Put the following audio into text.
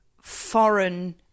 foreign